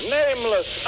nameless